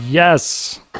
Yes